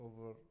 over